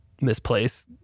misplace